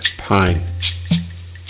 pine